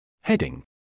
Heading